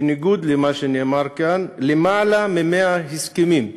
בניגוד למה שנאמר כאן, למעלה מ-100 הסכמים,